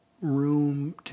room